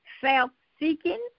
self-seeking